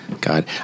God